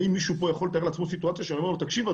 האם מישהו יכול לתאר לעצמו סיטואציה שאני אומר לו: תקשיב,